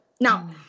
Now